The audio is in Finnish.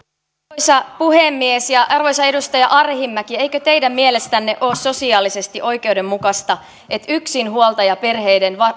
arvoisa puhemies ja arvoisa edustaja arhinmäki eikö teidän mielestänne ole sosiaalisesti oikeudenmukaista että yksinhuoltajaperheiden